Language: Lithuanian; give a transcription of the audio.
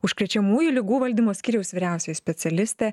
užkrečiamųjų ligų valdymo skyriaus vyriausioji specialistė